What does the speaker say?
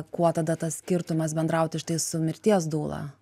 kuo tada tas skirtumas bendrauti štai su mirties dūla